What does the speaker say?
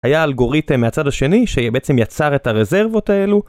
היה אלגוריתם מהצד השני, שבעצם יצר את הרזרבות האלו.